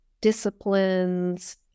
disciplines